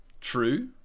True